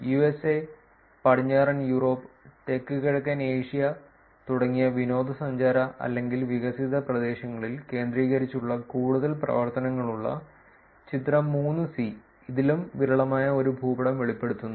USA പടിഞ്ഞാറൻ Europe തെക്കുകിഴക്കൻ Asia തുടങ്ങിയ വിനോദസഞ്ചാര അല്ലെങ്കിൽ വികസിത പ്രദേശങ്ങളിൽ കേന്ദ്രീകരിച്ചുള്ള കൂടുതൽ പ്രവർത്തനങ്ങളുള്ള ചിത്രം 3 സി ഇതിലും വിരളമായ ഒരു ഭൂപടം വെളിപ്പെടുത്തുന്നു